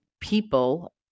people